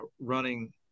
running